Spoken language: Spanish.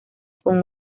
con